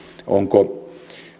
onko